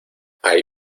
hay